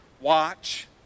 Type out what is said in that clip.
watch